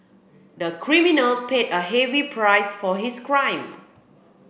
the criminal paid a heavy price for his crime